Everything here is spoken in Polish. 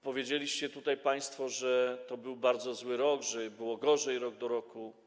Powiedzieliście tutaj państwo, że to był bardzo zły rok, że było gorzej, porównując rok do roku.